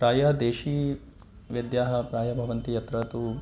प्रायः देशीयवैद्याः प्रायः भवन्ति यत्र तु